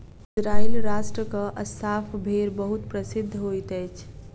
Israel राष्ट्रक Assaf भेड़ बहुत प्रसिद्ध होइत अछि